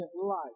life